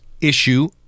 issue